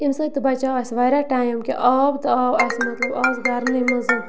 اَمہِ سۭتۍ تہِ بَچیو اَسہِ واریاہ ٹایم کہِ آب تہٕ آو اَسہِ مَطلب آز گَرنٕے مَنٛز